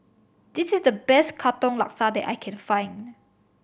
this is the best Katong Laksa that I can find